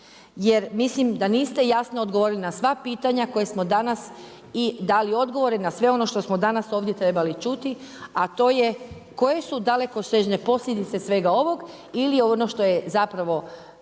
jer mislim da niste jasno odgovorili na sva pitanja koja smo danas i dali odgovore, na sve ono što smo danas ovdje trebali čuti, a to je koje su dalekosežne posljedice svega ovog ili ono što je zapravo